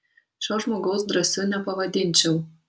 šio žmogaus drąsiu nepavadinčiau